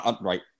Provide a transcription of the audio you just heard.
right